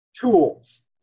Tools